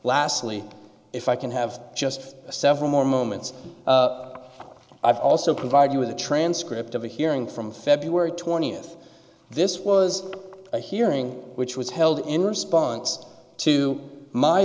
lastly if i can have just several more moments i've also provided you with a transcript of a hearing from february twentieth this was a hearing which was held in response to my